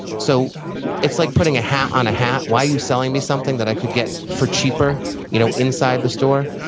so it's like putting a hat on a hat. why are you selling me something that i could get for cheaper you know inside the store?